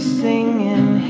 singing